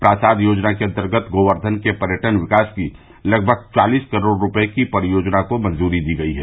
प्रासाद योजना के अन्तर्गत गोर्क्यन के पर्यटन विकास की लगभग चालीस करोड़ रूपये की परियोजना को मंजूरी दी गई है